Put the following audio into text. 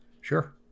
Sure